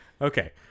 Okay